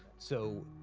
so,